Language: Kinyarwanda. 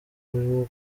burimo